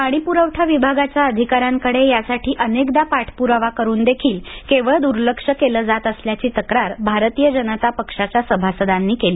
पाणीपुरवठा विभागाच्या अधिकांऱ्याकडे यासाठी अनेकदा पाठपुरावा करूनदेखील केवळ दुर्लक्ष केलं जात असल्याची तक्रार भारतीय जनता पक्षाच्या सभासदांनी केली